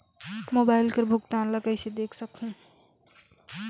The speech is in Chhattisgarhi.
मोबाइल कर भुगतान ला कइसे देख सकहुं?